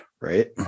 Right